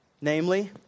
Namely